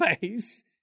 face